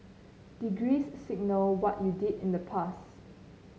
degrees signal what you did in the past